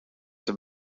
have